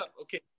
Okay